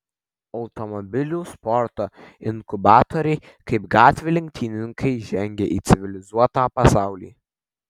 automobilių sporto inkubatoriai kaip gatvių lenktynininkai žengia į civilizuotą pasaulį